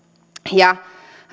ja